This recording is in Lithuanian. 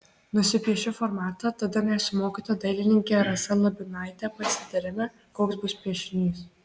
nusipiešiu formatą tada mes su mokytoja dailininke rasa labinaite pasitariame koks bus piešinys